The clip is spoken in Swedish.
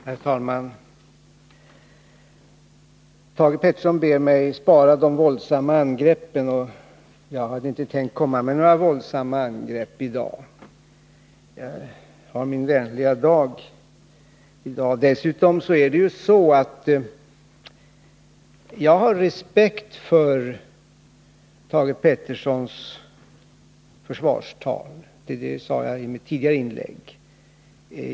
Herr talman! Thage Peterson ber mig spara de våldsamma angreppen. Men jag hade inte tänkt komma med några sådana i dag — jag har min vänliga dag i dag. Dessutom har jag respekt för Thage Petersons försvarstal — det sade jag i mitt tidigare inlägg.